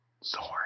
Sword